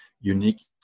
unique